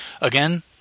again